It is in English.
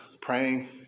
praying